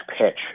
pitch